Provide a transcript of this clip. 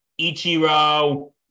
Ichiro